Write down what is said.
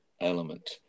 element